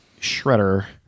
Shredder